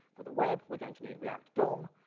for the web, we're going to need react dom,